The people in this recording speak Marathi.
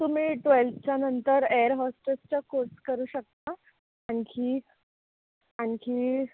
तुम्ही ट्वेल्थच्यानंतर एअर होस्टेसचा कोर्स करू शकता आणखी आणखी